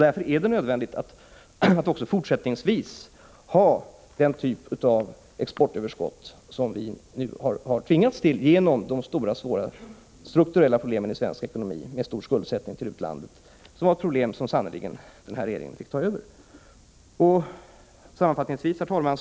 Därför är det nödvändigt att också fortsättningsvis ha den typ av exportöverskott som vi nu har tvingats att ha genom de svåra strukturella problemen i svensk ekonomi med en stor skuldsättning till utlandet — problem som den här regeringen sannerligen fick ta över! Herr talman!